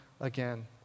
again